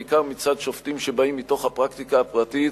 בעיקר מצד שופטים שבאים מתוך הפרקטיקה הפרטית,